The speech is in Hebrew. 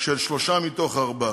של שלושה מתוך ארבעה.